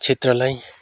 क्षेत्रलाई